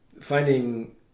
finding